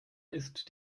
ist